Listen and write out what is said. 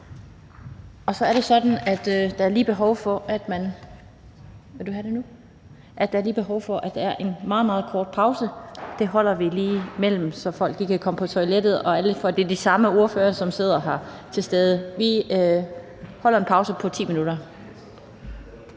Så er det sådan, at der lige er behov for en meget, meget kort pause. Den holder vi, så folk kan komme på toilettet, for det er de samme ordførere, som sidder her, der vil være til stede. Vi holder en pause på 10 minutter.